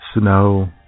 snow